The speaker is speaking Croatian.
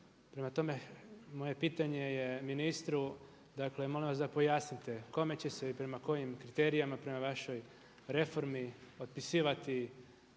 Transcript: Prema tome, moje pitanje je ministru, molim vas da pojasnite kome će se i prema kojim kriterijima prema vašoj reformi otpisivati